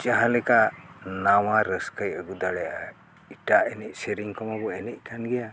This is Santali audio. ᱡᱟᱦᱟᱸ ᱞᱮᱠᱟ ᱱᱟᱣᱟ ᱨᱟᱹᱥᱠᱟᱹᱭ ᱟᱹᱜᱩ ᱫᱟᱲᱮᱭᱟᱜᱼᱟ ᱮᱴᱟᱜ ᱮᱱᱮᱡ ᱥᱮᱨᱮᱧ ᱠᱚᱢᱟ ᱵᱚᱱ ᱮᱱᱮᱡ ᱠᱟᱱ ᱜᱮᱭᱟ